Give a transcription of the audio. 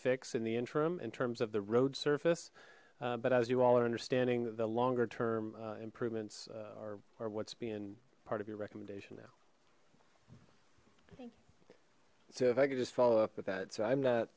fix in the interim in terms of the road surface but as you all are understanding the longer term improvements are what's being part of your recommendation now so if i could just follow up with that so i'm not